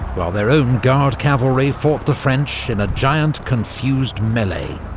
while their own guard cavalry fought the french in a giant, confused melee,